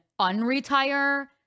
unretire